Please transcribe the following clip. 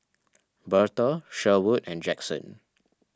Bertha Sherwood and Jaxson